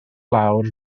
lawr